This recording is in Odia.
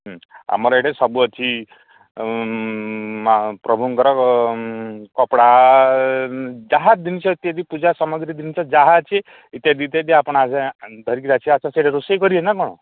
ହୁଁ ଆମର ଏଇଠା ସବୁ ଅଛି ପ୍ରଭୁଙ୍କର କପଡ଼ା ଯାହା ଜିନିଷ ଇତ୍ୟାଦି ପୂଜା ସାମଗ୍ରୀ ଜିନିଷ ଯାହା ଅଛି ଇତ୍ୟାଦି ଇତ୍ୟାଦି ଆପଣ ଆ ଧରିକି ଆସିବେ ଆସ ସେଇଟା ରୋଷେଇ କରିବେ ନା କ'ଣ